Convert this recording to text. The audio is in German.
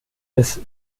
des